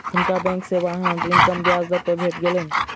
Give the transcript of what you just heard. हुनका बैंक से वाहन ऋण कम ब्याज दर पर भेट गेलैन